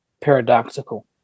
paradoxical